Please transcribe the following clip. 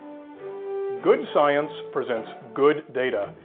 good science presents good data.